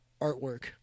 artwork